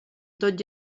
tot